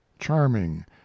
charming